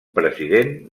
president